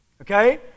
okay